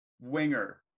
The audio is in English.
winger